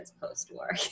post-war